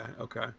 Okay